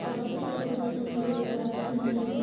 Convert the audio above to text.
چوبیس اپریل دو ہزار انیس